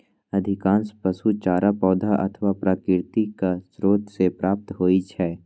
अधिकांश पशु चारा पौधा अथवा प्राकृतिक स्रोत सं प्राप्त होइ छै